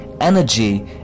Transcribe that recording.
energy